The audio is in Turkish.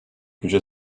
güce